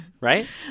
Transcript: Right